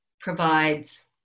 provides